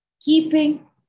keeping